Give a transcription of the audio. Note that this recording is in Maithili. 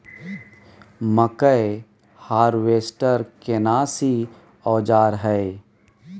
मकई हारवेस्टर केना सी औजार हय?